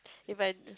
If I